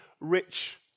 rich